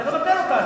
צריך לבטל אותה.